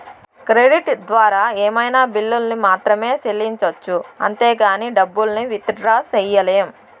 credit ద్వారా ఏమైనా బిల్లుల్ని మాత్రమే సెల్లించొచ్చు అంతేగానీ డబ్బుల్ని విత్ డ్రా సెయ్యలేం